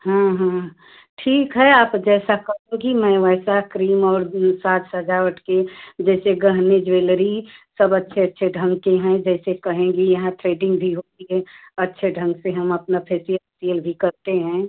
हाँ हाँ ठीक है आप जैसा कहोगी मैं वैसा क्रीम और साज सजावट के जैसे गहने ज्वेलरी सब अच्छे अच्छे ढंग के हैं जैसे कहेंगी यहाँ थ्रेडिंग भी होती है अच्छे ढंग से हम अपना फेसियल ओसियल भी करते हैं